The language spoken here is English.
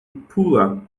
pula